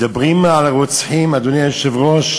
מדברים על רוצחים, אדוני היושב-ראש,